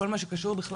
כל מה שקשור בכלל,